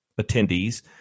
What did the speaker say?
attendees